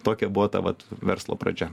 tokia buvo ta vat verslo pradžia